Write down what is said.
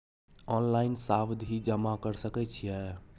Online सावधि जमा कर सके छिये?